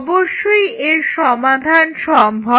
অবশ্যই এর সমাধান সম্ভব